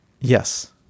Yes